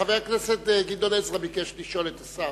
חבר הכנסת גדעון עזרא ביקש לשאול את השר,